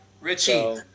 Richie